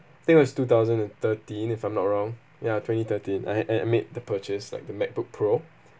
I think it was two thousand and thirteen if I'm not wrong ya twenty thirteen I had I had made the purchase like the MacBook pro